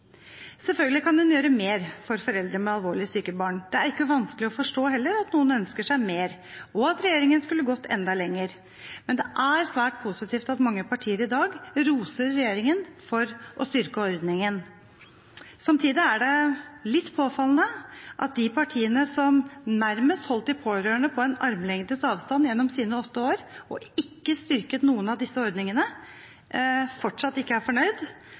Selvfølgelig kan en gjøre mer for foreldre med alvorlig syke barn. Det er heller ikke vanskelig å forstå at noen ønsker seg mer og at regjeringen skulle gått enda lenger. Men det er svært positivt at mange partier i dag roser regjeringen for å styrke ordningen. Samtidig er det litt påfallende at de partiene som nærmest holdt de pårørende på armlengdes avstand gjennom sine åtte år og ikke styrket noen av disse ordningene, fortsatt ikke er fornøyd